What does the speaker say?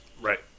Right